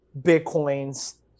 Bitcoin's